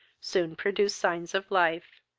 soon produced signs of life,